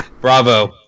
bravo